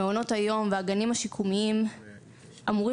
מעונות היום והגנים השיקומיים אמורים